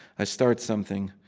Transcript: i start something.